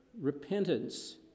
repentance